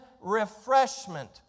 refreshment